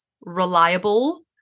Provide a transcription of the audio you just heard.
reliable